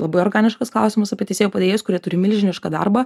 labai organiškas klausimas apie teisėjų padėjėjus kurie turi milžinišką darbą